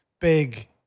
big